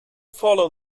follow